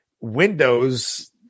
windows